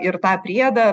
tą priedą